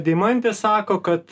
deimantė sako kad